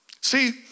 See